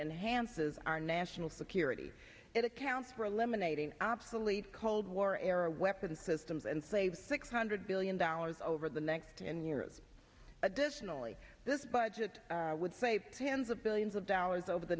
enhances our national security it accounts for eliminating obsolete cold war era weapons systems and save six hundred billion dollars over the next ten years additionally this budget would say pans of billions of dollars over the